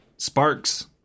sparks